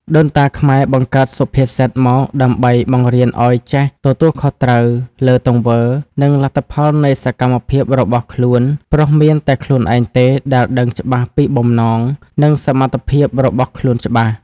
ដូនតាខ្មែរបង្កើតសុភាសិតមកដើម្បី បង្រៀនឲ្យចេះ ទទួលខុសត្រូវ លើទង្វើ និងលទ្ធផលនៃសកម្មភាពរបស់ខ្លួន ព្រោះមានតែខ្លួនឯងទេដែលដឹងច្បាស់ពីបំណង និងសមត្ថភាពរបស់ខ្លួនច្បាស់។